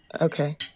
Okay